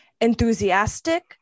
enthusiastic